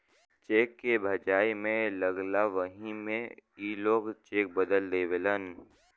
check के भजाए मे लगला वही मे ई लोग चेक बदल देवेलन